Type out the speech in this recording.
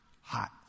hot